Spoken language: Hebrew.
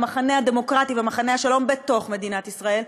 המחנה הדמוקרטי במחנה השלום בתוך מדינת ישראל,